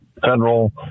federal